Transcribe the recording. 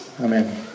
Amen